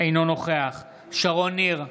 אינו נוכח שרון ניר,